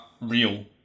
real